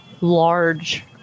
large